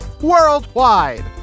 worldwide